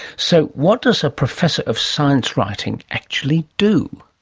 so what does a professor of science writing actually do?